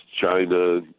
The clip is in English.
China